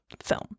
film